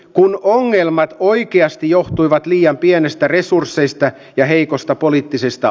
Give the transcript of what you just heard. kun ohjelma oikeasti johtuivat liian pienistä resursseista ja heikosta poliittisesta